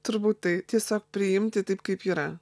turbūt tai tiesiog priimti taip kaip yra